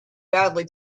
badly